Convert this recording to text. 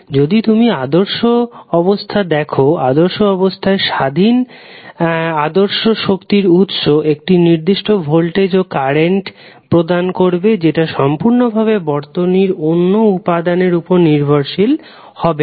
যদি তুমি আদর্শ অবস্থা দেখো আদর্শ অবস্থায় আদর্শ স্বাধীন শক্তির উৎস একটি নির্দিষ্ট ভোল্টেজ ও কারেন্ট প্রদান করবে যেটা সম্পূর্ণভাবে বর্তনীর অন্য উপাদানের উপর নির্ভরশীল হবে না